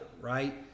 right